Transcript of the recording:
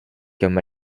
comme